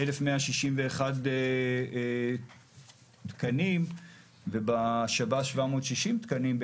1,161 תקנים ובשב"ס 760 תקנים,